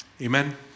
Amen